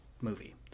movie